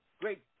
great